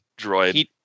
droid